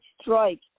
strike